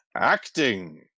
acting